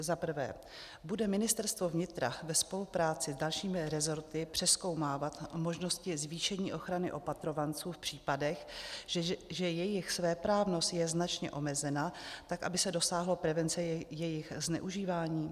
Za prvé, bude Ministerstvo vnitra ve spolupráci s dalšími resorty přezkoumávat možnosti zvýšení ochrany opatrovanců v případech, že jejich svéprávnost je značně omezena, tak aby se dosáhlo prevence jejich zneužívání?